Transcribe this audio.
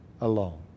alone